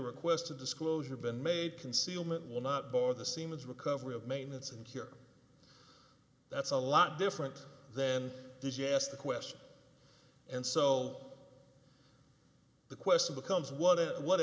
request of disclosure been made concealment will not bore the seaman's recovery of maintenance and care that's a lot different then she asked the question and so the question becomes what at what